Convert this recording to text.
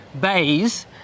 bays